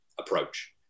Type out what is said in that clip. approach